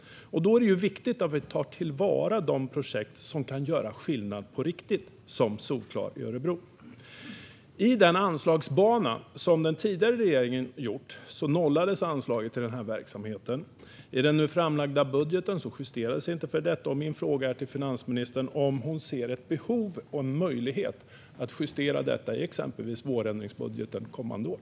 Då är det viktigt att vi tar till vara de projekt som kan göra skillnad på riktigt, som Solklar i Örebro. I den anslagsbana som den tidigare regeringen gjorde nollades anslaget till den här verksamheten. I den nu framlagda budgeten justerades inte för detta. Min fråga till finansministern är om hon ser ett behov och en möjlighet att justera detta i exempelvis vårändringsbudgeten kommande år.